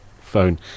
phone